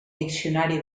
diccionari